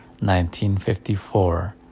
1954